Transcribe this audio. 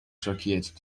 schockiert